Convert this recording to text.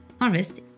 Harvest